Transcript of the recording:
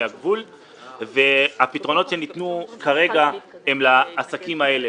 מהגבול והפתרונות שניתנו כרגע הם לעסקים האלה.